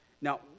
Now